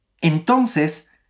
entonces